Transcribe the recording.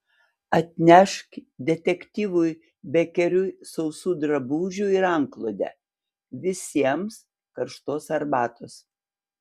atnešk detektyvui bekeriui sausų drabužių ir antklodę visiems karštos arbatos